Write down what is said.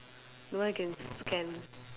the one I can scan